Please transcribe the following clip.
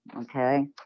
okay